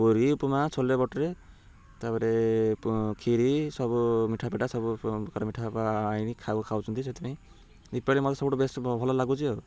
ପୁରୀ ଉପମା ଛୋଲେ ବଟୁରେ ତାପରେ କ୍ଷୀରି ସବୁ ମିଠା ପିଠା ସବୁ ପ୍ରକାର ମିଠା ଖାଉଛନ୍ତି ସେଥିପାଇଁ ଦୀପାବଳି ମୋତେ ସବୁଠୁ ବେଶ୍ ଭଲ ଲାଗୁଛି ଆଉ